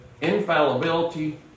infallibility